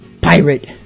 pirate